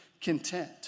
content